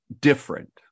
different